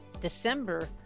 December